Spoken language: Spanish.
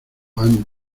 han